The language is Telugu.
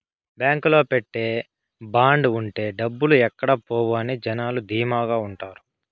బాంకులో పెట్టే బాండ్ ఉంటే డబ్బులు ఎక్కడ పోవు అని జనాలు ధీమాగా ఉంటారు